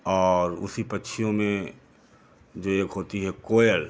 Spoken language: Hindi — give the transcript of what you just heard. और उसी पक्षियों में जो एक होती है कोयल